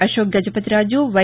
Ashok Gajapathi Raju why